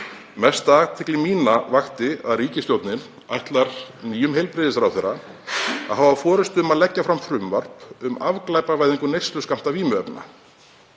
Mesta athygli mína vakti að ríkisstjórnin ætlar nýjum heilbrigðisráðherra að hafa forystu um að leggja fram frumvarp um afglæpavæðingu neysluskammta vímuefna.